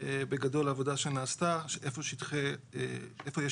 בגדול עבודה שנעשתה איפה יש שטחי תעסוקה.